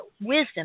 wisdom